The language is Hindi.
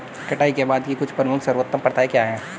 कटाई के बाद की कुछ प्रमुख सर्वोत्तम प्रथाएं क्या हैं?